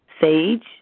Sage